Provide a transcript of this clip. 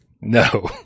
no